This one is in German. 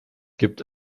gibt